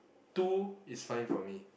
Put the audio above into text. two is fine for me